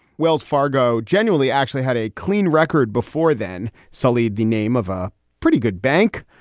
wells fargo genuinely actually had a clean record before then sullied the name of a pretty good bank.